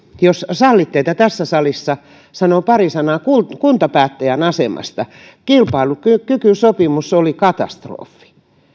jos sallitte että tässä salissa sanoo pari sanaa kuntapäättäjän asemasta kilpailukykysopimus oli katastrofi